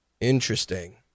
Interesting